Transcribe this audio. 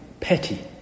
petty